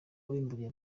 wabimburiye